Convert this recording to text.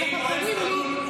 כי ככה קוראים לי,